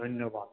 ধন্যবাদ